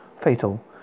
fatal